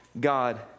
God